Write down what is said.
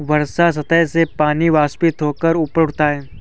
वर्षा सतह से पानी वाष्पित होकर ऊपर उठता है